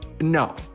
no